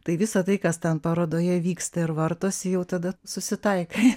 tai visa tai kas ten parodoje vyksta ir vartosi jau tada susitaikai